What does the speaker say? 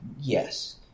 Yes